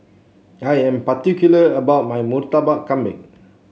I am particular about my Murtabak Kambing